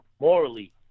morally